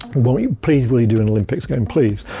won't you please, will you do an olympics game, please?